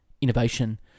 innovation